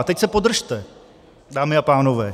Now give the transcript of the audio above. A teď se podržte, dámy a pánové.